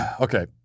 Okay